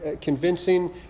convincing